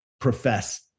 profess